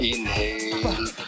Inhale